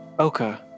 Oka